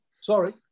Sorry